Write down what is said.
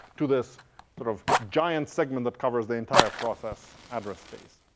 to this sort of giant segment that covers the entire process address space.